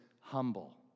humble